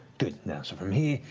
good. from here,